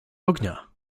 ognia